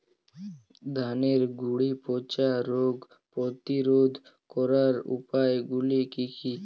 ধানের গুড়ি পচা রোগ প্রতিরোধ করার উপায়গুলি কি কি?